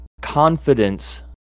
confidence